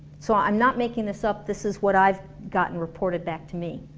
so i'm not making this up, this is what i've gotten reported back to me